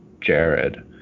Jared